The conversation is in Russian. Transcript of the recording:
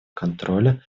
контроля